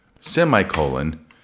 semicolon